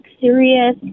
serious